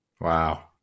wow